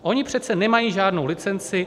Oni přece nemají žádnou licenci.